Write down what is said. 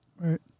right